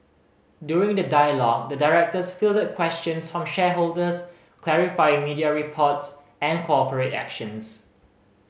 during the dialogue the directors fielded questions from shareholders clarifying media reports and corporate actions